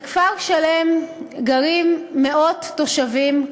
בכפר-שלם גרים מאות תושבים,